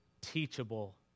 teachable